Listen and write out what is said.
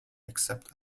except